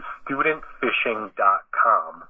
studentfishing.com